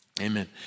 Amen